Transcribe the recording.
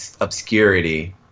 obscurity